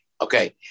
Okay